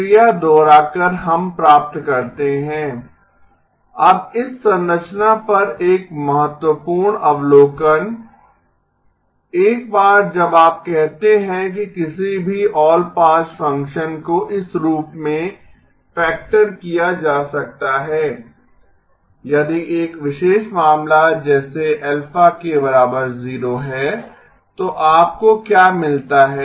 प्रक्रिया दोहराकर हम प्राप्त करते हैं अब इस संरचना पर एक महत्वपूर्ण अवलोकन एक बार जब आप कहते हैं कि किसी भी ऑल पास फ़ंक्शन को इस रूप में फैक्टर किया जा सकता है यदि एक विशेष मामला जैसे αk 0 है तो आपको क्या मिलता है